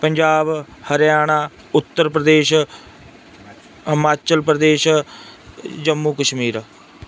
Punjab Haryana Uttar Pradesh Himachal Pradesh Jammu Kashmir